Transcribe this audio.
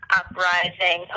uprising